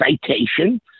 citation